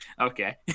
okay